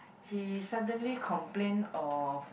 he suddenly complain of